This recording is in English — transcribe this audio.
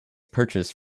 purchase